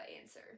answer